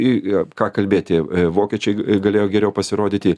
į ką kalbėti vokiečiai galėjo geriau pasirodyti